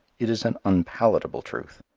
it is an unpalatable truth.